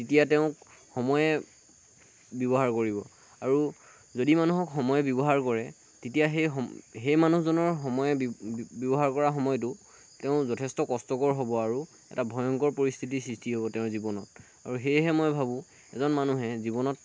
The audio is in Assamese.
এতিয়া তেওঁক সময়ে ব্যৱহাৰ কৰিব আৰু যদি মানুহক সময়ে ব্যৱহাৰ কৰে তেতিয়া সেই সম সেই মানুহজনৰ সময়ে ব্যৱহাৰ কৰা সময়টো তেওঁৰ যথেষ্ট কষ্টকৰ হ'ব আৰু এটা ভয়ংকৰ পৰিস্থিতিৰ সৃষ্টি হ'ব তেওঁৰ জীৱনত আৰু সেয়েহে মই ভাবোঁ এজন মানুহে জীৱনত